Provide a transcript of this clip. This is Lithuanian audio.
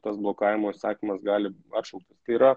tas blokavimo įsakymas gali atšauktas tai yra